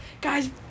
Guys